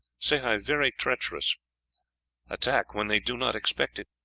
sehi very treacherous attack when they do not expect it.